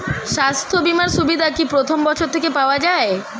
স্বাস্থ্য বীমার সুবিধা কি প্রথম বছর থেকে পাওয়া যায়?